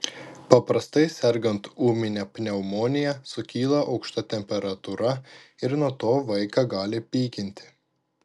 paprastai sergant ūmine pneumonija sukyla aukšta temperatūra ir nuo to vaiką gali pykinti